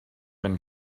been